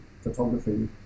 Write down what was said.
photography